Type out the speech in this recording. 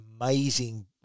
amazing